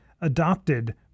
adopted